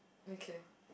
okay